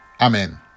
Amen